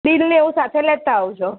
bill ને એવું સાથે લેતા આવજો